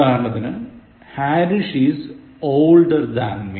ഉദാഹരണംത്തിന് Harish is older than me